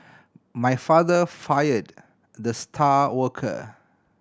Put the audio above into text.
my father fired the star worker